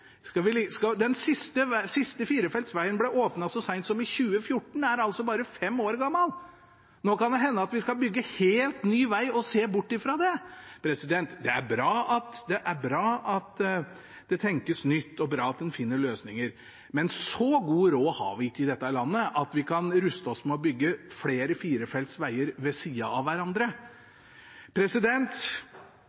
Den siste firefeltsvegen ble åpnet så sent som i 2014 – den er altså bare fem år gammel. Nå kan det hende at vi skal bygge en helt ny veg og se bort fra det. Det er bra at det tenkes nytt og bra at en finner løsninger, men så god råd har vi ikke i dette landet at vi kan ruste oss med å bygge flere firefelts veger ved siden av hverandre.